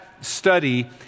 study